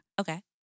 Okay